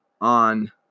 on